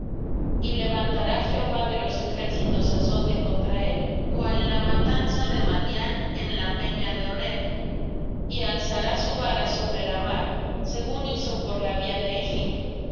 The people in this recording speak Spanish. y levantará jehová de los ejércitos azote contra él cual la matanza de madián en la peña de oreb y alzará su vara sobre la mar según hizo por la vía de egipto